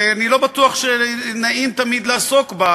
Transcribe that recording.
ואני לא בטוח שנעים תמיד לעסוק בה,